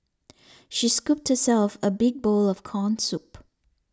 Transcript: she scooped herself a big bowl of Corn Soup